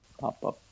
Pop-up